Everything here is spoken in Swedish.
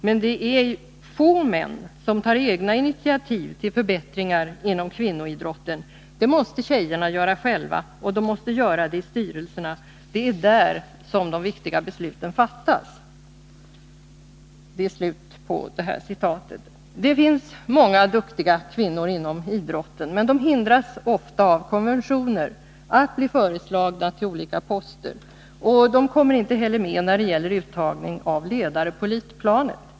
Men det är få män som tar egna initiativ till förbättringar inom kvinnoidrotten. Det måste tjejerna göra själva, och de måste göra det i styrelserna. Det är där som de viktiga besluten fattas.” Det finns många duktiga kvinnor inom idrotten, men de hindras ofta av konventioner från att bli föreslagna till olika poster. De kommer inte heller med när det gäller uttagningen av ledare på elitplanet.